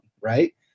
right